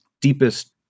deepest